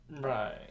Right